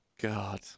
God